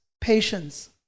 Patience